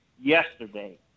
yesterday